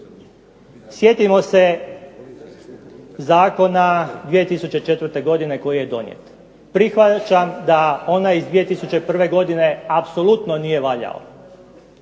Sjetimo se zakona 2004. godine koji je donijet. Prihvaćam da onaj iz 2001. godine apsolutno nije valjao.